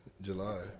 July